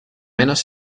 menos